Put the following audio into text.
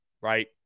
right